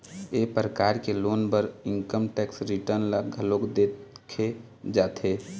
ए परकार के लोन बर इनकम टेक्स रिटर्न ल घलोक देखे जाथे